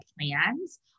plans